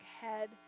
head